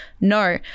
No